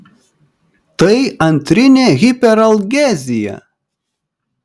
tai antrinė hiperalgezija